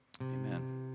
Amen